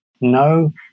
No